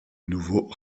nouveau